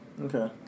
Okay